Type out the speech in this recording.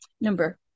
Number